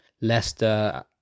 Leicester